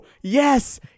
yes